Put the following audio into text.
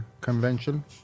convention